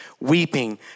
weeping